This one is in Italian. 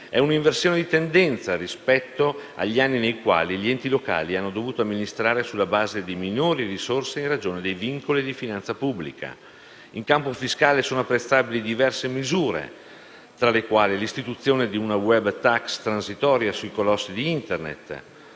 di un'inversione di tendenza rispetto agli anni nei quali gli enti locali hanno dovuto amministrare sulla base di minori risorse in ragione dei vincoli di finanza pubblica. In campo fiscale sono apprezzabili diverse misure, tra le quali figurano l'istituzione di una *web tax* transitoria sui colossi di Internet;